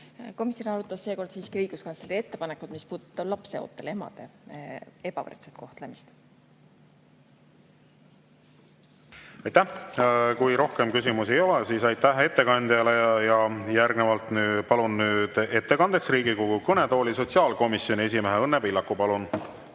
Komisjon arutas seekord siiski õiguskantsleri ettepanekut, mis puudutab lapseootel emade ebavõrdset kohtlemist. Aitäh! Kui rohkem küsimusi ei ole, siis aitäh ettekandjale. Ja järgnevalt palun nüüd ettekandeks Riigikogu kõnetooli sotsiaalkomisjoni esimehe Õnne Pillaku.